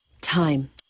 Time